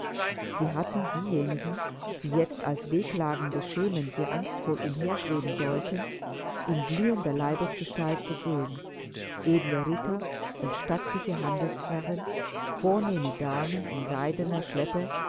sie hatten diejenigen die jetzt als wehklagende schemen hier angstvoll umherschweben sollten in blühender leibesgestalt gesehen edle ritter und stattliche handelsherren vornehme damen in seidener schleppe